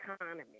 economy